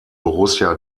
borussia